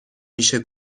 میشه